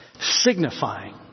signifying